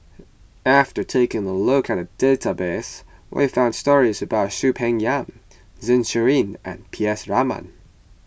after taking a look at the database we found stories about Soon Peng Yam Zeng Shouyin and P S Raman